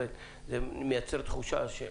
זה מייצר תחושה ש...